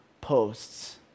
posts